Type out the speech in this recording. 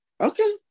okay